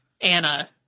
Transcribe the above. Anna